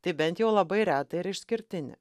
tai bent jau labai retą ir išskirtinį